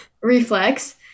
Reflex